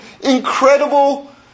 incredible